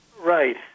Right